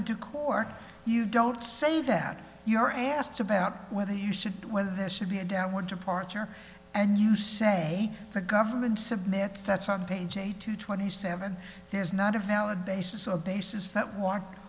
into court you don't say that you're asked about whether you should whether there should be a downward departure and you say the government submit that some page eight to twenty seven there's not a valid basis of bases that wa